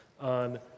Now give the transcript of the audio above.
on